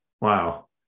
Wow